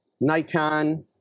Nikon